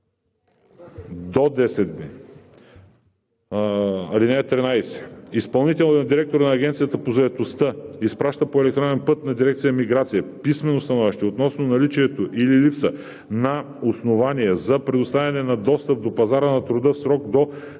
чл. 15, ал. 1. (10) Изпълнителният директор на Агенцията по заетостта изпраща по електронен път на дирекция „Миграция“ писмено становище относно наличието или липса на основание за предоставяне на достъп до пазара на труда за